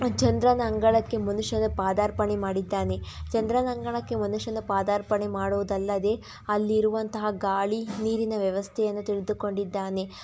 ಚಂದ್ರನ ಅಂಗಳಕ್ಕೆ ಮನುಷ್ಯನ ಪಾದಾರ್ಪಣೆ ಮಾಡಿದ್ದಾನೆ ಚಂದ್ರನ ಅಂಗಣಕ್ಕೆ ಮನುಷ್ಯನ ಪಾದರ್ಪಣೆ ಮಾಡೋದಲ್ಲದೇ ಅಲ್ಲಿರುವಂತಹ ಗಾಳಿ ನೀರಿನ ವ್ಯವಸ್ಥೆಯನ್ನು ತಿಳಿದುಕೊಂಡಿದ್ದಾನೆ